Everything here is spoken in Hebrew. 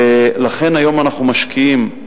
ולכן היום אנחנו משקיעים,